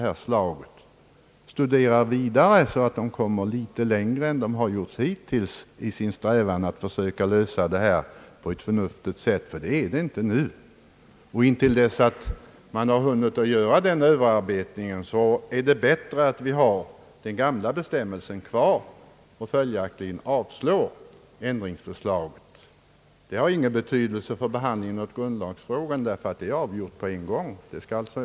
På det sättet kan man komma litet längre än man hittills gjort i sin strävan att lösa dessa frågor på ett förnuftigt sätt — den ordning vi nu har kan möjligen göras bättre. Intill dess att man hunnit göra den överarbetningen är det bäst att vi har den gamla bestämmelsen kvar och följaktligen avslår ändringsförslaget. Detia har ingen betydelse för behandlingen av grundlagsfrågan. Ett avgörande härvidlag kan ske omedelbart.